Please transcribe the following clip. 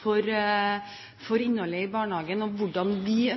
hensyn til innholdet i barnehagen og på hvilken måte vi